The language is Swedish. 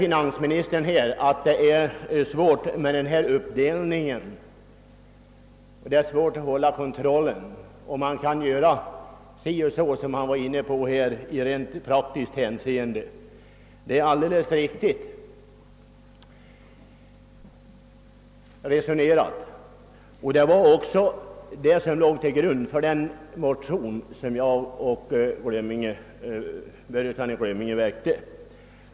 Finansministern säger att det är svårt rent praktiskt att göra någon uppdelning och att utöva kontrollen om man gör si eller så. Det är alldeles riktigt resonerat, och det var också detta som låg till grund för den motion som herr Börjesson i Glömminge och jag väckte.